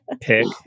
pick